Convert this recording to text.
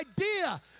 idea